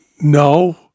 no